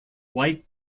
white